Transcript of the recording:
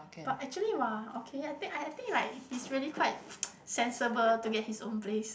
but actually !wah! okay I think I I think like he's really quite sensible to get his own place